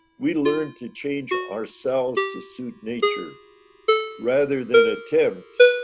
we learn to change ourselves to suit nature rather than attempt,